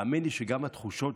האמן לי שגם התחושות,